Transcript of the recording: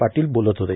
पाटील बोलत होते